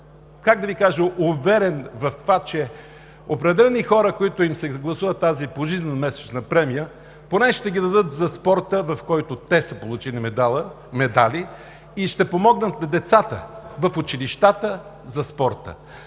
как да Ви кажа, уверен в това, че определени хора, на които им се гласува тази пожизнена месечна премия, поне ще ги дадат за спорта, в който те са получили медали и ще помогнат на децата в училищата за спорт.